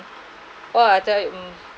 !wah! I tell you mm